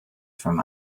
from